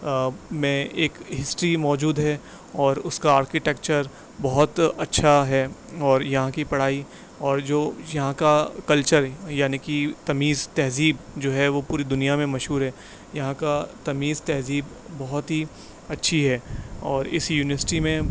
میں ایک ہسٹری موجود ہے اور اس کا آرکیٹکچر بہت اچھا ہے اور یہاں کی پڑھائی اور جو یہاں کا کلچر یعنی کہ تمیز تہذیب جو ہے وہ پوری دنیا میں مشہور ہے یہاں کا تمیز تہذیب بہت ہی اچھی ہے اور اس یونیورسٹی میں